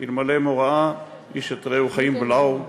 אלמלא מוראה איש את רעהו חיים בלעו.